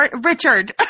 Richard